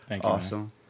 awesome